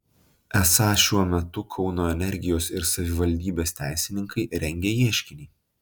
esą šiuo metu kauno energijos ir savivaldybės teisininkai rengia ieškinį